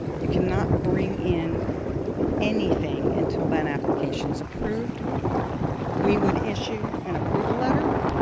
you cannot bring in anything until that application is approved we would issue an approval letter